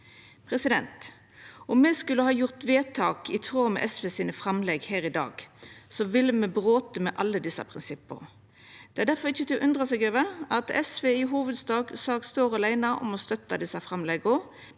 avgjerder. Om me skulle ha gjort vedtak i tråd med SV sine framlegg her i dag, ville me ha brote med alle desse prinsippa. Det er difor ikkje til å undra seg over at SV i hovudsak står åleine om å støtta desse framlegga,